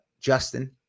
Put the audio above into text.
Justin